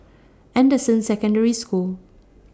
Anderson Secondary School